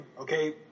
okay